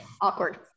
awkward